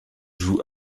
joue